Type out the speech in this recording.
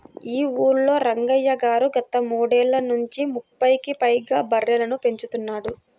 మా ఊల్లో రంగయ్య గారు గత మూడేళ్ళ నుంచి ముప్పైకి పైగా బర్రెలని పెంచుతున్నాడు